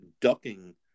ducking